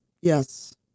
Yes